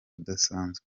adasanzwe